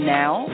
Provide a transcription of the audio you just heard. now